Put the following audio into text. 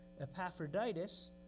Epaphroditus